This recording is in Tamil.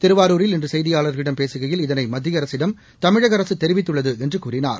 திருவாரூரில் இன்று செய்தியாளர்களிடம் பேசுகையில் இதனை மத்திய அரசிடம் தமிழக அரசு தெரிவித்துள்ளது என்று கூறினார்